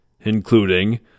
including